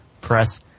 press